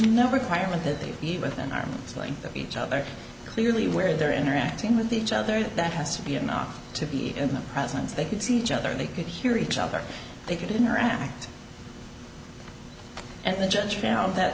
no requirement that they eat within arm's length of each other clearly where they're interacting with each other that has to be enough to be in the presence they could see each other they could hear each other they could interact and the judge found that